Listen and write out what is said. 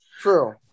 true